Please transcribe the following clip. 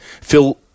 Phil